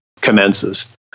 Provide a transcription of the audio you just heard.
commences